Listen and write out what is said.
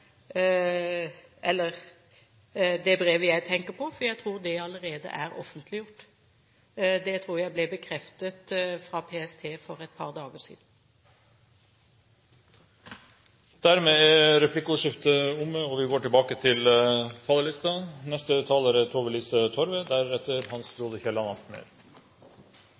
jeg tenker på. Jeg tror det allerede er offentliggjort og at det ble bekreftet av PST for et par dager siden. Replikkordskiftet er omme. Regjeringen har lagt fram et godt statsbudsjett for 2012. Det er